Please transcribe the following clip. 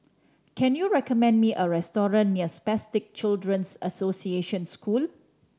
can you recommend me a restaurant near Spastic Children's Association School